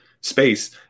space